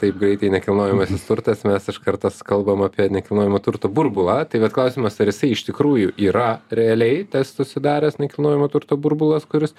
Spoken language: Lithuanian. taip greitai nekilnojamasis turtas mes iš kartos kalbam apie nekilnojamo turto burbulą tai vat klausimas ar jisai iš tikrųjų yra realiai tas susidaręs nekilnojamo turto burbulas kuris